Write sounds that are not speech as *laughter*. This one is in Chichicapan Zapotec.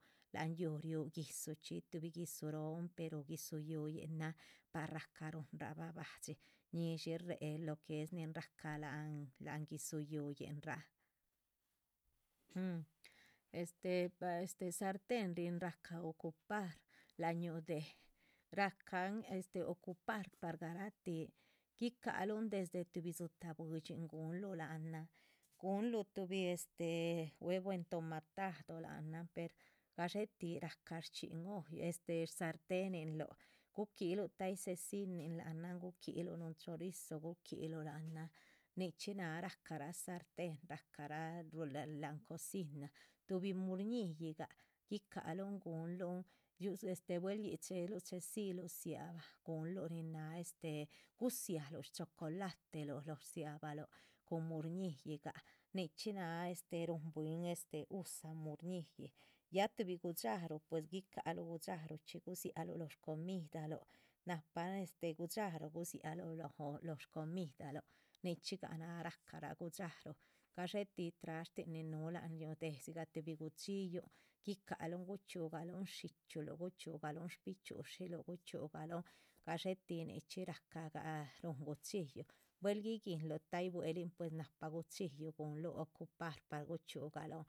Láhan yúhu riúh guidzuchxí tuhbi guidzu róhon pero guidzu yuhuyinan par rahca ruhunrabah ba´dxi, ñíshi réhe lo que es nin rahca láhan láhan guidzu yuhuyinan,. un este, bah este sartén nin rahca ocupar láhan ñuhu déh rahcahn este ocupar par garah tih guicaha luhun desde tuhbi dzitah buidxin gunluh láhnan gunluh tuhbi este. huevo entomatado láhanan per gadxé tih rahca shcxíhn olla este sartenin luh guquíluh tahyih cecinun láhanan guquiluh núhun chorizo guquiluh láhanan nichxí náha rahcara sartén. rahcarah *unintelligible* láhan cocina tuhbi murñilligah guicáhaluhn guhunlun buel yíc chéheluh chéhedziluh dzia´bah, guhunlu nin náh este gudziáluh shchocolateluh. lóh rdzia´bahluh cun murñilligah nichxí náha este rúhun bwín este usa murñilli ya tuhbi gudxáruh pues guicahaluh gudxaruchxi gudziáhaluh lóho shcomidaluh. nahpa este gadxáruh gudziáluh lóhon lóho shcomidaluh nichxígah náha rahcarah gudxáruh gadxé tih trashtin nin núhu láhan yúhu déh, dzigah tuhbi gu´chxillu. guicahalun guchxiugaluhn dxíchyuluh, guchxiugaluhn bichxi´ushiluh, guchxiugaluhn gadxé tih nichxí rahcagah ruhun gu´chxillu, buehl guiguinluh buehlin pues nahpa. gu´chxillu gunluh ocupar par guchxíugaluhn